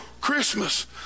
Christmas